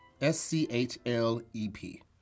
S-C-H-L-E-P